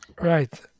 Right